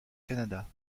canada